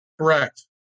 Correct